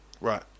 Right